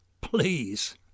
Please